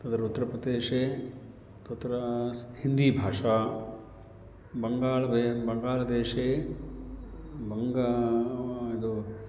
तत्र उत्तरप्रदेशे तत्र हिन्दीभाषा बङ्गाल् बये बङ्गालदेशे बङ्ग इदु